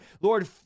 lord